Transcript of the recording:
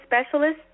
specialist